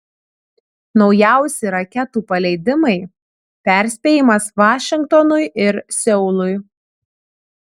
naujausi raketų paleidimai perspėjimas vašingtonui ir seului